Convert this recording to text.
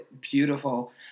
beautiful